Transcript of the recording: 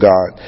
God